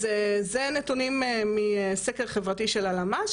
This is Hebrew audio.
אלה נתונים מסקר חברתי של הלמ"ס,